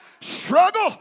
Struggle